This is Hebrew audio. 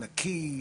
נקי,